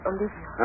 Olivia